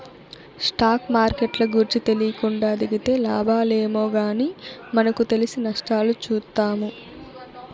stock మార్కెట్ల గూర్చి తెలీకుండా దిగితే లాబాలేమో గానీ మనకు తెలిసి నష్టాలు చూత్తాము